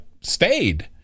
stayed